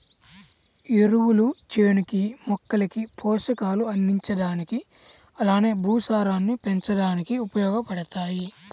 ఎరువులు చేనుకి, మొక్కలకి పోషకాలు అందించడానికి అలానే భూసారాన్ని పెంచడానికి ఉపయోగబడతాయి